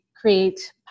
create